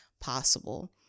possible